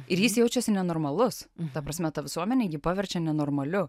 ir jis jaučiasi nenormalus ta prasme ta visuomenė jį paverčia nenormaliu